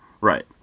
Right